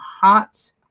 hot